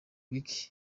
week